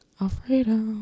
Alfredo